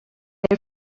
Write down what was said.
der